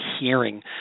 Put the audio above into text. hearing